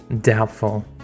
Doubtful